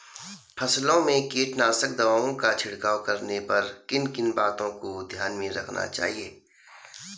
फसलों में कीटनाशक दवाओं का छिड़काव करने पर किन किन बातों को ध्यान में रखना चाहिए?